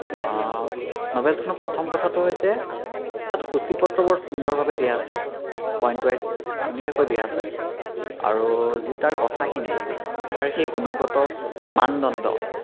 নভেলচ্খনৰ প্ৰথম কথাটো হৈছে তাত সূচীপত্ৰ বহুত সুন্দৰকৈ দিয়া আছে পইণ্ট ওৱাইজ ধুনীয়াকৈ দিয়া আছে আৰু যি তাৰ কথাখিনি কথাৰ সেই গুণগত মানদণ্ড